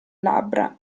labbra